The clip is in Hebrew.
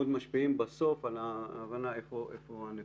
משפיעים בסוף על ההבנה איפה הנקודה.